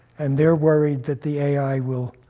and they're worried that the ai will,